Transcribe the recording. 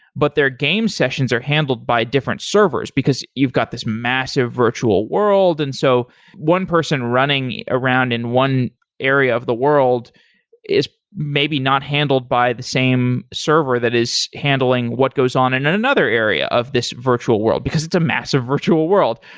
but their game sessions are handled by different servers, because you've got this massive virtual world. and so one person running around in one area of the world is maybe not handled by the same server that is handling what goes on in another area of this virtual world, because it's a massive virtual world.